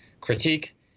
critique